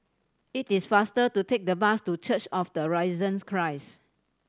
it is faster to take the bus to Church of the Risen Christ